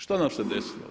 Šta nam se desilo?